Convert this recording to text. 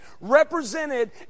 represented